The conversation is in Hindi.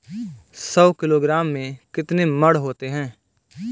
सौ किलोग्राम में कितने मण होते हैं?